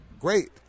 great